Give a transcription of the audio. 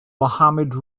mohammad